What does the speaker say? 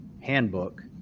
handbook